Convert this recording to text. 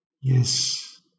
Yes